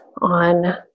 on